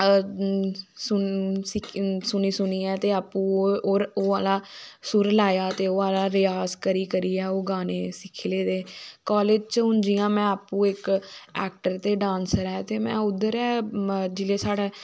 सिक्खी सुनी सुनियै ते आपू ओहे आह्ला सुर लाया ते ओह् आह्ला रिआज़ करी करियै ऐ ओह् गाने सिक्खी ले ते कालेज़ च हुन जियां में आपू इक ऐक्टर ते डांसर ऐ ते मैं उध्दर जिल्लै साढ़ा